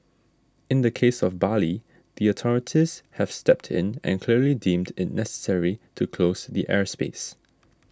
in the case of Bali the authorities have stepped in and clearly deemed it necessary to close the airspace